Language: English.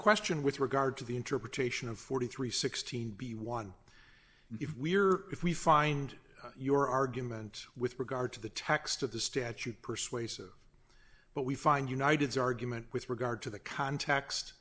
question with regard to the interpretation of four thousand three hundred and sixteen be won if we're if we find your argument with regard to the text of the statute persuasive but we find united's argument with regard to the context